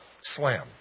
slam